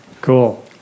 Cool